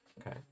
Okay